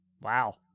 Wow